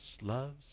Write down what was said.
loves